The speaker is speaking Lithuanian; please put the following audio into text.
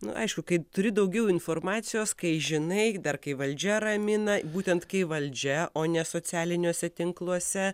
nu aišku kai turi daugiau informacijos kai žinai dar kai valdžia ramina būtent kai valdžia o ne socialiniuose tinkluose